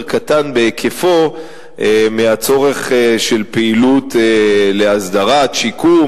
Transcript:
קטן בהיקפו מהצורך של פעילות להסדרת שיקום,